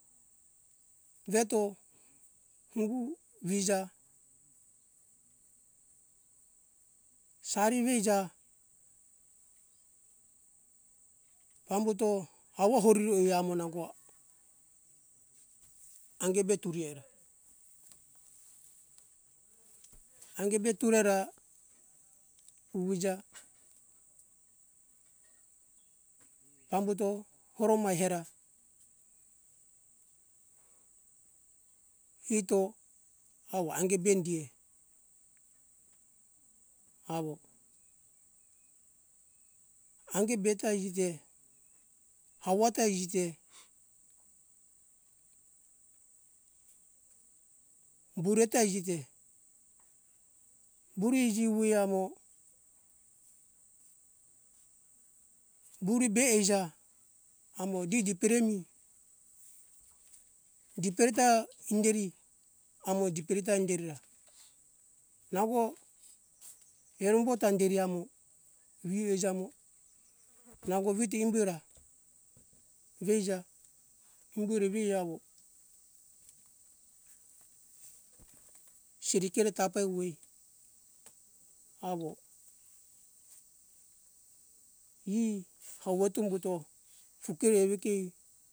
Veto hungu vija sari vei ja pambuto hauva horiri amo nango ange be tureo ra ange be ture ra vuvi ja pambuto horomai hera hito avo ange be hindie avo, ange be ta iji te hau va ta iji te bure ta iji te, bure ta iji vuvoi amo bure be eija amo di dipere mi dipereta hinderi, amo dipere ta hinderi ra nango erembota hinderi amo vi uja mo nango vito imbu ora veuja humboru we awo siri keore tapai uwei awo ie haweto humbuto fukere ewekoi